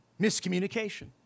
Miscommunication